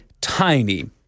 tiny